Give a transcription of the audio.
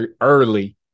early